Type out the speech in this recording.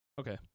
okay